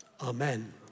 amen